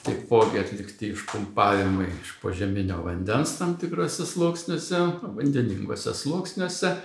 taipogi atitikti išpumpavimai iš požeminio vandens tam tikruose sluoksniuose vandeninguose sluoksniuose